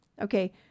Okay